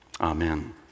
amen